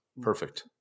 Perfect